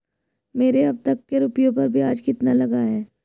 मेरे अब तक के रुपयों पर ब्याज कितना लगा है?